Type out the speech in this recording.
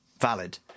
valid